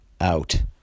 out